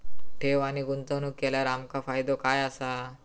ठेव आणि गुंतवणूक केल्यार आमका फायदो काय आसा?